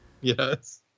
Yes